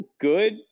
good